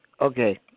Okay